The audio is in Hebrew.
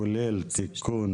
כולל תיקון